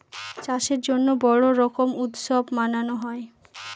চাষের জন্য বড়ো রকম উৎসব মানানো হয়